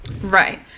Right